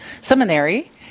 seminary